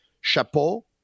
chapeau